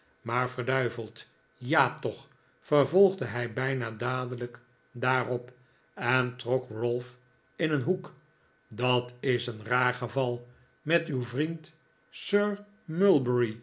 maar verduiveld ja toch vervolgde hij bijna dadelijk daarop en trok ralph in nikxdlaas nickleby een hoek dat is een raar geval met uw vriend